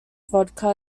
vodka